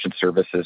services